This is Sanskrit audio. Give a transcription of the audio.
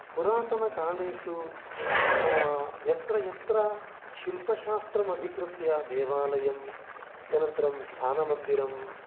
पुरातनकालेषु यत्र यत्र शिल्पशास्त्रम् अधिकृत्य देवालयम् अनन्तरं ध्यानमन्दिरं